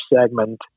segment